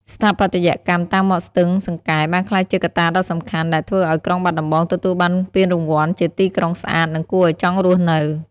ស្ថាបត្យកម្មតាមមាត់ស្ទឹងសង្កែបានក្លាយជាកត្តាដ៏សំខាន់ ដែលធ្វើឱ្យក្រុងបាត់ដំបងទទួលបានពានរង្វាន់ជាទីក្រុងស្អាត និងគួរឱ្យចង់រស់នៅ។